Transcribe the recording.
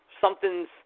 Something's